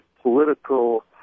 political